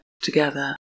together